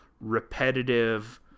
repetitive